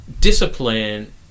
discipline